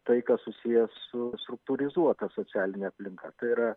tai kas susiję su struktūrizuota socialine aplinka tai yra